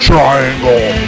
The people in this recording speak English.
Triangle